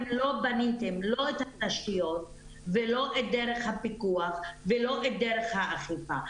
לא בניתם לא את התשתיות ולא את דרך הפיקוח ולא את דרך האכיפה.